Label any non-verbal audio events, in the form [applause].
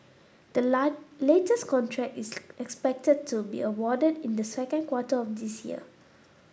the [unintelligible] latest contract is expected to be awarded in the second quarter of this year